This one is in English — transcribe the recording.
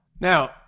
now